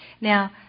Now